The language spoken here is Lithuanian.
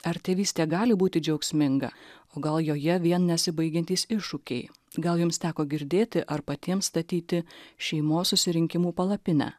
ar tėvystė gali būti džiaugsminga o gal joje vien nesibaigiantys iššūkiai gal jums teko girdėti ar patiems statyti šeimos susirinkimų palapinę